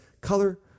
color